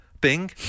Bing